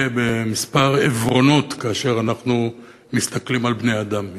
בכמה עיוורונות כאשר אנחנו מסתכלים על בני-אדם,